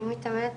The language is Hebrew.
אני מתאמנת